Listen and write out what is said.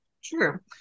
Sure